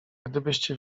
gdybyście